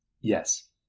Yes